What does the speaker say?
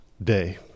day